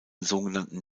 sogenannten